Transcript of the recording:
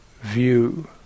view